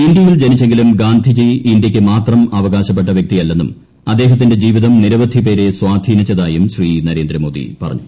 ഇന്ത്യയിൽ ജനിച്ചെങ്കിലും ഗാന്ധിജി ഇന്ത്യയ്ക്ക് മാത്രം അവകാശപ്പെട്ട വ്യക്തിയല്ലെന്നും അദ്ദേഹത്തിന്റെ ജീവിതം നിരവധി പേരെ സ്വാധീനിച്ചതായും ശ്രീ നരേന്ദ്ര മോദി പറഞ്ഞു